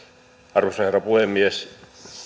arvoisa herra puhemies